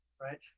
right